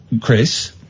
Chris